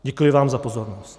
Děkuji vám za pozornost.